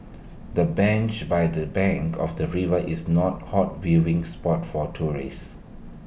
the bench by the bank of the river is not hot viewing spot for tourists